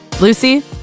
Lucy